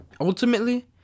Ultimately